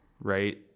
right